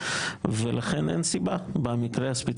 לכן אני לא מבין למה צריך